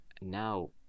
Now